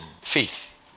faith